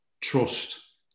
trust